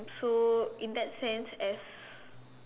and so in that sense as